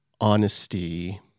honesty